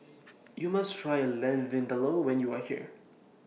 YOU must Try Lamb Vindaloo when YOU Are here